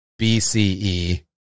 BCE